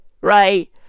right